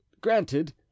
granted